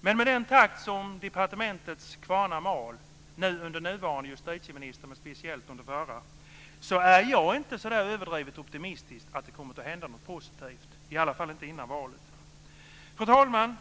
Men med den takt som departementets kvarnar mal under nuvarande justitieminister, men speciellt under den förra, är jag inte överdrivet optimistisk om att det kommer att hända något positivt, i alla fall inte innan valet. Fru talman!